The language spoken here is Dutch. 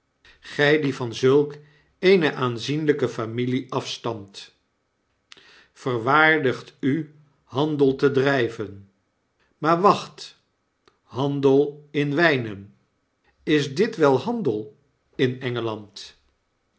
gy die van zulk eene aanzienlijke familie afstamt verwaardigt u handel te driven maar wacht handel in wynen is dit wel handel in